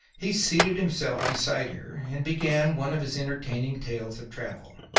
he seated himself beside her and began one of his entertaining tales of travel.